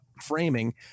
framing